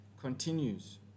continues